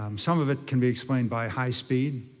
um some of it can be explained by high speed.